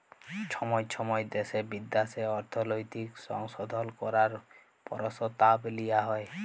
ছময় ছময় দ্যাশে বিদ্যাশে অর্থলৈতিক সংশধল ক্যরার পরসতাব লিয়া হ্যয়